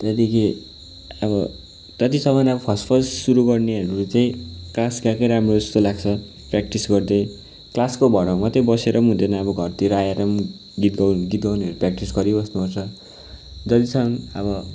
त्यहाँदेखि अब जतिसम्म अब फर्स्ट फर्स्ट सुरु गर्नेहरू चाहिँ क्लास गएकै राम्रो जस्तै लाग्छ प्र्याक्टिस गर्दै क्लासको भरमा मात्रै बसेर पनि हुँदैन घरतिर आएर पनि गीत गाउनु गीत गाउँनेहरू प्र्याक्टिस गरी बस्नु पर्छ जतिसम्म अब